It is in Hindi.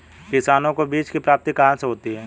किसानों को बीज की प्राप्ति कहाँ से होती है?